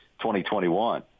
2021